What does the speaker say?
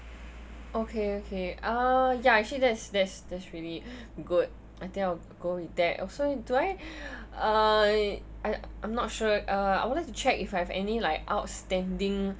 okay okay uh ya actually that's that's that's really good I think I'll go with that also do I uh I I'm not sure uh I would like to check if I have any like outstanding